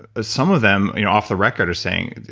some of them, you know off the record, are saying,